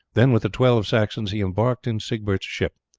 then with the twelve saxons he embarked in siegbert's ship,